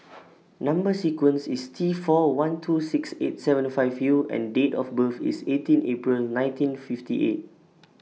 Number sequence IS T four one two six eight seven five U and Date of birth IS eighteen April nineteen fifty eight